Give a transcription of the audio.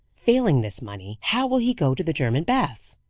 failing this money, how will he go to the german baths?